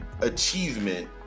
achievement